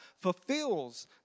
fulfills